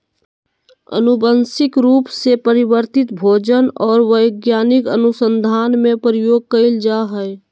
आनुवंशिक रूप से परिवर्तित भोजन और वैज्ञानिक अनुसन्धान में प्रयोग कइल जा हइ